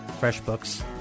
FreshBooks